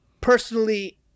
personally